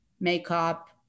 makeup